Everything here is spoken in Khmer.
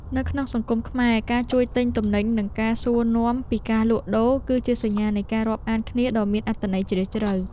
នៅក្នុងសង្គមខ្មែរ ការជួយទិញទំនិញនិងការសួរនាំពីការលក់ដូរ គឺជាសញ្ញានៃការរាប់អានគ្នាដ៏មានអត្ថន័យជ្រាលជ្រៅ។